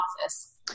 office